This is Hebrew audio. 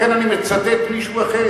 לכן אני מצטט מישהו אחר.